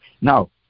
Now